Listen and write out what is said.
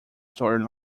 story